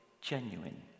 genuine